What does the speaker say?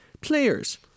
players